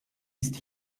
ist